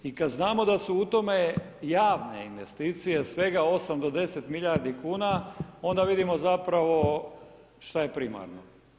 I kad znamo da su u tome javne investicije svega 8 do 10 milijardi kuna onda vidimo zapravo šta je primarno.